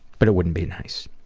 but it wouldn't be nice.